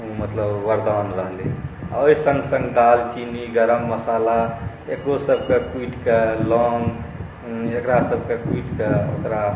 मतलब वरदान रहलै आ ओहि सङ्ग सङ्ग दालचीनी गरममसाला एकरोसभकेँ कुटि कऽ लौङ्ग एकरासभकेँ कुटि कऽ ओकरा